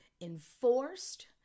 enforced